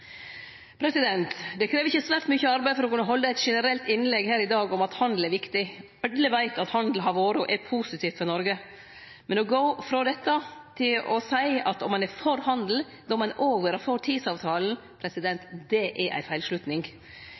Det krev ikkje svært mykje arbeid for å kunne halde eit generelt innlegg her i dag om at handel er viktig. Alle veit at handel har vore og er positivt for Noreg. Men å gå frå dette til å seie at om ein er for handel, må ein òg vere for TISA-avtalen, er ei feilslutning.